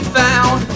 found